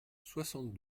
soixante